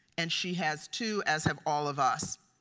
and she has to, as have all of us.